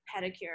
pedicure